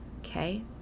okay